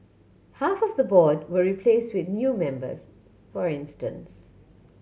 half of the board were replaced with new members for instance